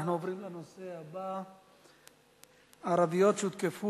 נעבור להצעות לסדר-היום בנושא: ערביות שהותקפו